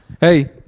Hey